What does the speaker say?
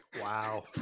Wow